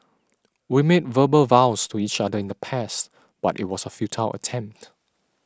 we made verbal vows to each other in the past but it was a futile attempt